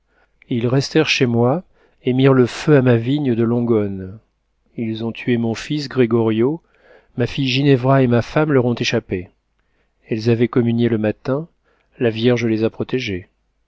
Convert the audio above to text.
ils restèrent chez moi et mirent le feu à ma vigne de longone ils ont tué mon fils grégorio ma fille ginevra et ma femme leur ont échappé elles avaient communié le matin la vierge les a protégées